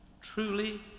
Truly